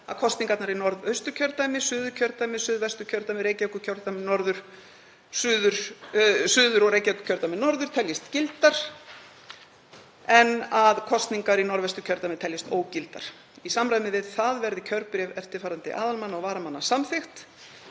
að kosningarnar í Norðausturkjördæmi, Suðurkjördæmi, Suðvesturkjördæmi, Reykjavíkurkjördæmi suður og Reykjavíkurkjördæmi norður teljist gildar en að kosningar í Norðvesturkjördæmi teljist ógildar. Í samræmi við það verði kjörbréf eftirfarandi aðalmanna og varamanna samþykkt.“